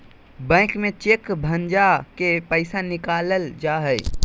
bank में cheque भंजा के पैसा निकालल जा हय